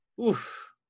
oof